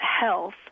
health